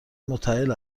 متاهل